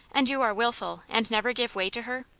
and you are wilful, and never give way to her?